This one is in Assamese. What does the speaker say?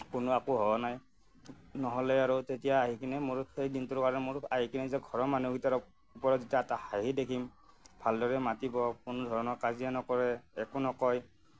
কোনো একো হোৱা নাই নহ'লে আৰু তেতিয়া আহি কিনে মোৰ সেই দিনটোৰ কাৰণে আহি কিনে যে মোৰ ঘৰৰ মানুহকেইটাৰ যেতিয়া এটা হাঁহি দেখিম ভালদৰে মাতিব কোনো ধৰণৰ কাজিয়া নকৰে একো নকয়